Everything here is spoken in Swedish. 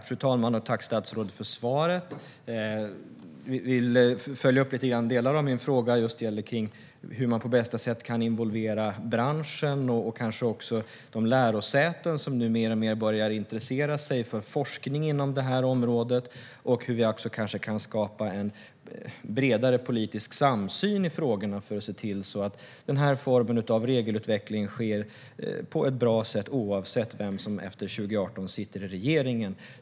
Fru talman! Tack, statsrådet, för svaret! Jag vill lite grann följa upp delar av min fråga. Hur kan vi på bästa sätt involvera branschen och också de lärosäten som nu mer och mer börjar intressera sig för forskningen inom området? Och hur kan vi skapa en bredare politisk samsyn i frågorna, så att regelutvecklingen sker på ett bra sätt oavsett vem som sitter i regeringen efter 2018?